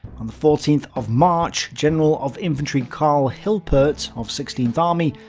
on the fourteenth of march, general of infantry carl hilpert, of sixteenth army,